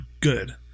good